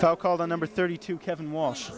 so called a number thirty two kevin walsh